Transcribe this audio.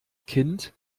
kind